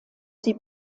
sie